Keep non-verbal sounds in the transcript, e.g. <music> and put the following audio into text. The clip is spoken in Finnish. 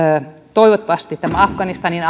toivottavasti tämä afganistanin <unintelligible>